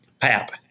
pap